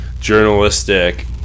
journalistic